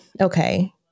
okay